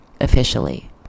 officially